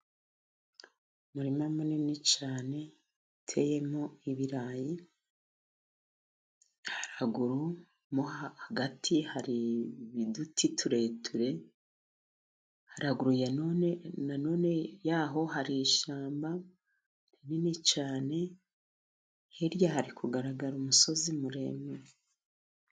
Umurima munini cyane uteyemo ibirayi, haruguru mo hagatiti hari ibiduti tureture, haruguru ya none na none yaho hari ishyamba rinini cyane, hirya hari kugaragara umusozi muremure.